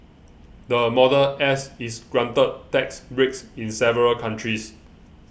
the Model S is granted tax breaks in several countries